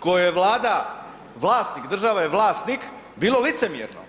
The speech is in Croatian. kojoj je Vlada vlasnik, država je vlasnik bilo licemjerno.